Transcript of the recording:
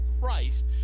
Christ